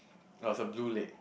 there was a blue lake